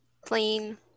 Clean